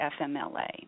FMLA